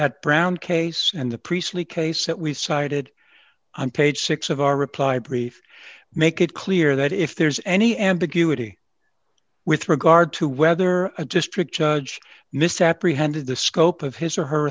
at brown case and the priestly case that we cited on page six of our reply brief make it clear that if there's any ambiguity with regard to whether a district judge misapprehended the scope of his or her